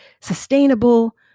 sustainable